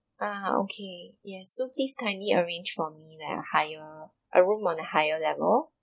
ah okay yes so please kindly arrange for me the higher a room on a higher level